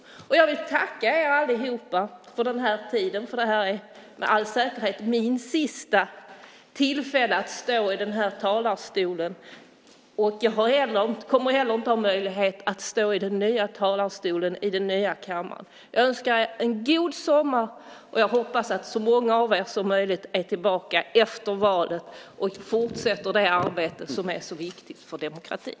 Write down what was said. Jag vill tacka er allihop för den här tiden, för det är med all säkerhet mitt sista tillfälle att stå i den här talarstolen. Jag kommer inte heller att ha möjlighet att stå i den nya talarstolen i den nya kammaren. Jag önskar er en god sommar, och jag hoppas att så många av er som möjligt är tillbaka efter valet och fortsätter det arbete som är så viktigt för demokratin.